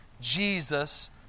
Jesus